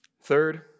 Third